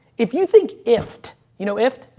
if you think, if you know, if,